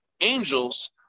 angels